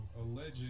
alleged